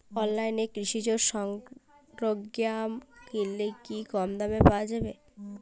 অনলাইনে কৃষিজ সরজ্ঞাম কিনলে কি কমদামে পাওয়া যাবে?